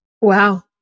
wow